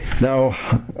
Now